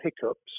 hiccups